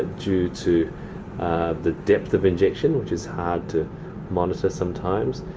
due to the depth of injection which is hard to monitor sometimes.